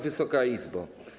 Wysoka Izbo!